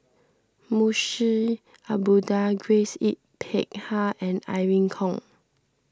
Munshi Abdullah Grace Yin Peck Ha and Irene Khong